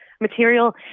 material